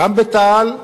גם בתה"ל,